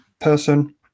person